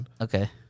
Okay